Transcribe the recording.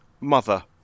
Mother